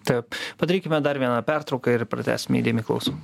taip padarykime dar vieną pertrauką ir pratęsime įdėmiai klausom